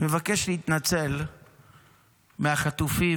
אני מבקש להתנצל בפני החטופים,